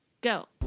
go